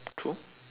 true